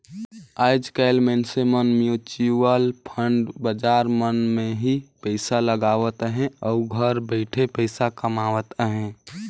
आएज काएल मइनसे मन म्युचुअल फंड बजार मन में ही पइसा लगावत अहें अउ घर बइठे पइसा कमावत अहें